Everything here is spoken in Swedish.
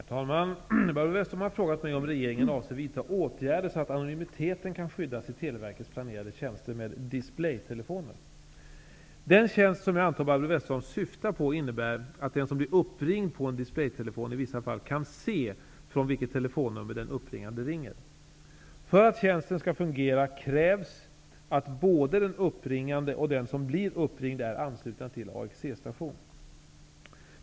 Herr talman! Barbro Westerholm har frågat mig om regeringen avser att vidta åtgärder så att anonymiteten kan skyddas i Televerkets planerade tjänster med display-telefoner. Den tjänst som jag antar att Barbro Westerholm syftar på innebär att den som blir uppringd på en display-telefon i vissa fall kan se från vilket telefonnummer den uppringande ringer. För att tjänsten skall fungera krävs att både den uppringande och den som blir uppringd är anslutna till AXE-station.